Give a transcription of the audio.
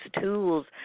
tools